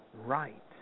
right